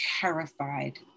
terrified